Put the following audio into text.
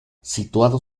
situado